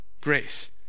grace